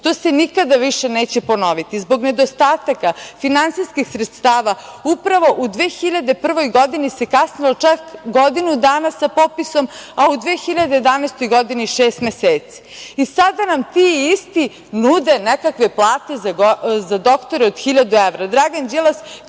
To se nikada više neće ponoviti. Zbog nedostataka finansijskih sredstava upravo u 2001. godini se kasnilo čak godinu dana sa popisom, a u 2011. godini šest meseci. Sada nam ti isti nude nekakve plate za doktore od 1000 evra.